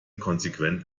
konsequent